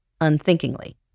unthinkingly